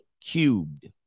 Cubed